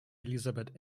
elisabeth